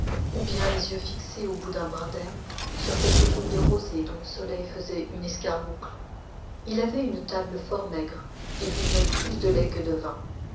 ou bien les yeux fixés au bout d'un brin d'herbe sur quelque goutte de rosée dont le soleil faisait une escarboucle il avait une table fort maigre et buvait plus de lait que de vin